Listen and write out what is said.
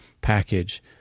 package